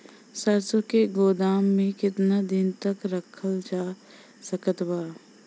सरसों के गोदाम में केतना दिन तक रखल जा सकत बा?